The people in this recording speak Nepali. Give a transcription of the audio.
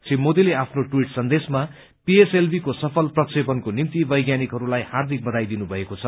श्री मोदीले आफ्नो ट्वीट सन्देशमा पीएसएलभीको सफल प्रक्षेपणको निम्ति वैज्ञानिकहरूलाई हार्दिक बधाई भन्नुभएको छ